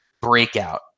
breakout